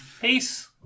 Peace